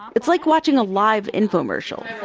it's like watching a live infomercial.